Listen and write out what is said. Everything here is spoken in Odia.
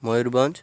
ମୟୂୁରଭଞ୍ଜ